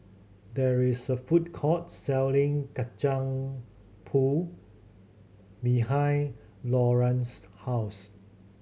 there is a food court selling Kacang Pool behind Laurance's house